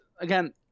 again